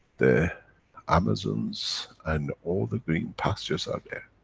the amazons and all the green pastures are there.